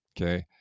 okay